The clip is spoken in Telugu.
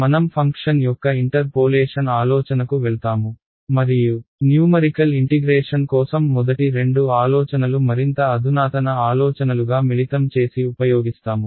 మనం ఫంక్షన్ యొక్క ఇంటర్పోలేషన్ ఆలోచనకు వెళ్తాము మరియు న్యూమరికల్ ఇంటిగ్రేషన్ కోసం మొదటి రెండు ఆలోచనలు మరింత అధునాతన ఆలోచనలుగా మిళితం చేసి ఉపయోగిస్తాము